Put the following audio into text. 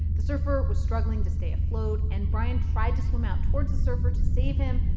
the surfer was struggling to stay afloat, and brian tried to swim out towards the surfer to save him,